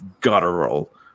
guttural